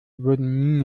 wurden